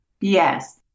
Yes